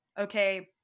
okay